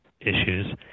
issues